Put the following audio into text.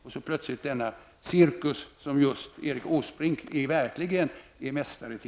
Det har plötsligt blivit en sådan cirkus, som just Erik Åsbrink verkligen är mästare i.